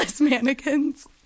mannequins